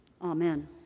Amen